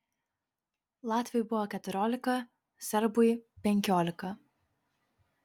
latviui buvo keturiolika serbui penkiolika